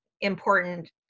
important